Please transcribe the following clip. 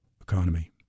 economy